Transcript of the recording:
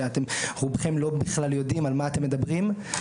שהם לא בכלל יודעים על מה אתם מדברים.